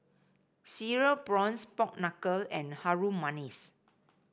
Cereal Prawns Pork Knuckle and Harum Manis